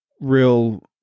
real